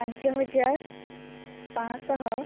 ପାଞ୍ଚ ହଜାର ପାଞ୍ଚ ଶହ